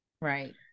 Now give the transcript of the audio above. Right